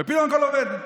ופתאום הכול עובד.